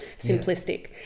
simplistic